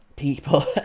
people